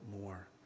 more